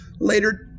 later